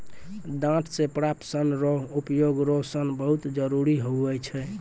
डांट से प्राप्त सन रो उपयोग रो सन बहुत जरुरी हुवै छै